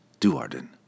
Duarden